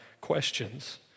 questions